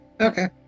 okay